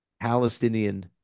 palestinian